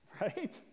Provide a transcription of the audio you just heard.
right